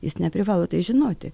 jis neprivalo tai žinoti